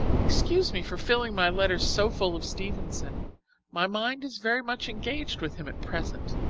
excuse me for filling my letters so full of stevenson my mind is very much engaged with him at present.